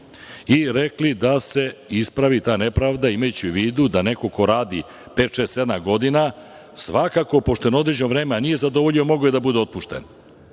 i rekli da se ispravi ta nepravda, imajući u vidu da neko ko radi pet, šest, sedam godina svakako, pošto je na određeno vreme, a nije zadovoljio, mogao je da bude otpušten.